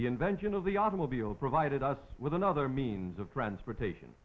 the invention of the automobile provided us with another me means of transportation